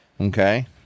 okay